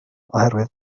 oherwydd